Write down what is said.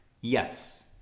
yes